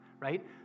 right